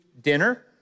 dinner